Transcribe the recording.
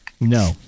No